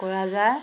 Kokrajhar